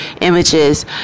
images